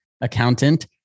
accountant